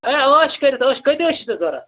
اَے ٲش کٔرِتھ ٲش کٲتیٛاہ حظ چھِ ژےٚ ضروٗرت